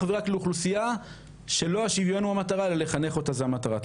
ורק לאוכלוסייה שלא השוויון הוא המטרה אלא לחנך אותה זו המטרה.